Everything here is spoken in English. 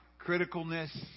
criticalness